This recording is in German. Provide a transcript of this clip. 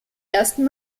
ersten